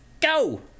go